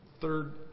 third